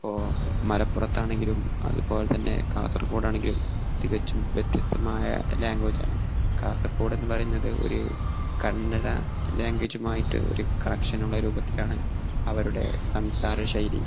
ഇപ്പോൾ മലപ്പുറത്താണെങ്കിലും അതു പോലെ തന്നെ കാസർഗോഡാണെങ്കിലും തികച്ചും വ്യത്യസ്തമായ ലാംഗ്വേജാണ് കാസർഗോഡെന്ന് പറയുന്നത് ഒരു കന്നഡ ലാംഗ്വേജുമായിട്ട് ഒരു കണക്ഷനുള്ള രൂപത്തിലാണ് അവരുടെ സംസാര ശൈലി